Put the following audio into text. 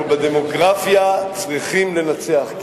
בדמוגרפיה אנחנו צריכים לנצח.